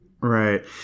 right